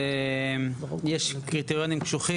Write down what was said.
ובהחלטות הממשלה הללו אחד המוטיבים החוזרים